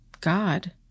God